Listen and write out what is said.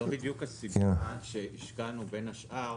זו בדיוק הסיבה שהשקענו, בין השאר,